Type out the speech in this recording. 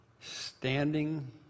standing